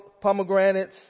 pomegranates